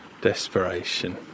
desperation